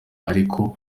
ariko